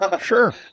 Sure